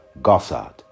Gossard